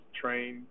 train